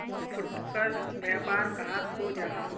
फुटकर व्यापार कहाक को जाहा?